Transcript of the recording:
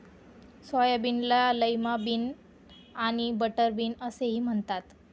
सोयाबीनला lima bean आणि butter bean असेही म्हणतात